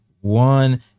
one